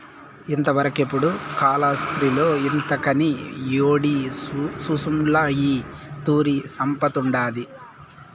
ఇంతవరకెపుడూ కాలాస్త్రిలో ఇంతకని యేడి సూసుండ్ల ఈ తూరి సంపతండాది